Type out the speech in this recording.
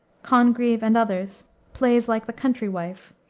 congreve, and others plays like the country wife,